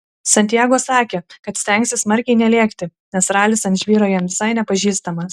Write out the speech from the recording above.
santiago sakė kad stengsis smarkiai nelėkti nes ralis ant žvyro jam visai nepažįstamas